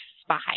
spy